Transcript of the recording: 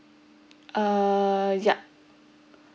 uh yup